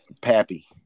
Pappy